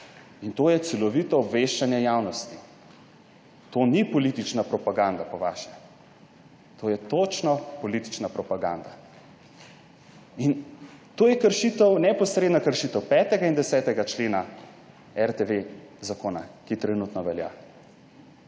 In to je celovito obveščanje javnosti. To ni politična propaganda po vaše. To je točno politična propaganda. In to je kršitev, neposredna kršitev 5. in 10. člena Zakona o RTV, ki trenutno velja.